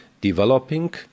developing